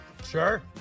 sure